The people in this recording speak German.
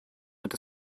wird